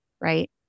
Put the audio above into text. right